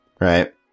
Right